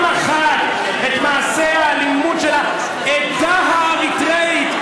אחת את מעשי האלימות של העדה האריתריאית.